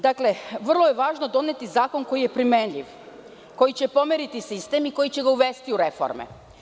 Dakle, vrlo je važno doneti zakon koji je primenjiv, koji će pomeriti sistem i koji će ga uvesti u reforme.